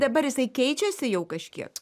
dabar jisai keičiasi jau kažkiek